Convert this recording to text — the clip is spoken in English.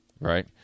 right